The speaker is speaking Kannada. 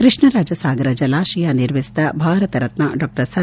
ಕೃಷ್ಣರಾಜಸಾಗರ ಜಲಾಶಯ ನಿರ್ಮಿಸಿದ ಭಾರತ ರತ್ನ ಡಾ ಸರ್